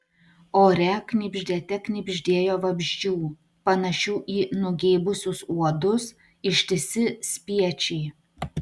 ore knibždėte knibždėjo vabzdžių panašių į nugeibusius uodus ištisi spiečiai